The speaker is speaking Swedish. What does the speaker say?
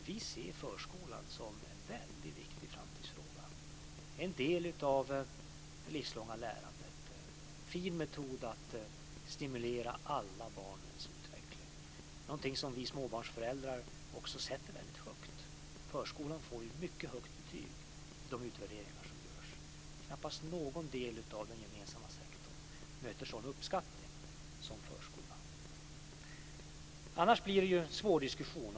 Vi ser förskolan som en väldigt viktig framtidsfråga, en del av det livslånga lärandet, en fin metod att stimulera alla barns utveckling, någonting som vi småbarnsföräldrar också sätter väldigt högt. Förskolan får mycket högt betyg i de utvärderingar som görs. Knappast någon del av den gemensamma sektorn möter sådan uppskattning som förskolan.